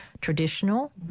traditional